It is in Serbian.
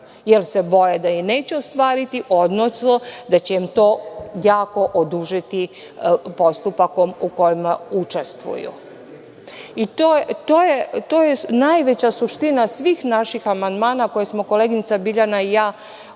jer se boje da je neće ostvariti, odnosno da će im to jako odužiti postupak u kome učestvuju. To je najveća suština svih naših amandmana koje smo koleginica Biljana i ja